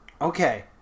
Okay